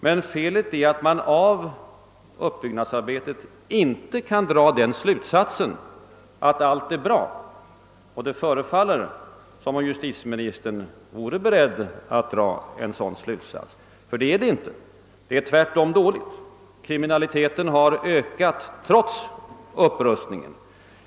Men felet är att man av uppbyggnadsarbetet inte kan dra den slutsatsen att allt är bra — och det föreföll som om justitieministern var beredd att dra en sådan slutsats. Förhållandena är inte bra. De är tvärtom dåliga. Kriminaliteten har ökat trots upprustningen.